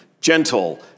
gentle